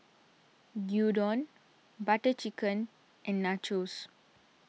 Gyudon Butter Chicken and Nachos